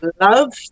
love